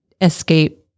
escape